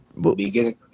beginning